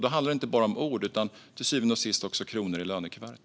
Då handlar det inte bara om ord utan till syvende och sist också om kronor i lönekuvertet.